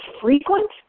frequent